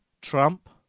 Trump